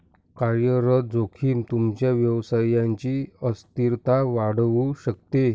कार्यरत जोखीम तुमच्या व्यवसायची अस्थिरता वाढवू शकते